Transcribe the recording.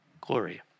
glory